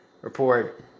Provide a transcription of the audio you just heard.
Report